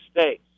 states